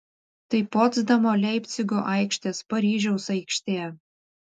tai potsdamo leipcigo aikštės paryžiaus aikštė